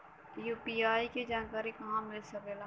UPI के जानकारी कहवा मिल सकेले?